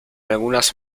algunas